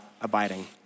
abiding